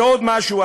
ועוד משהו,